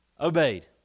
obeyed